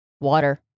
water